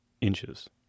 inches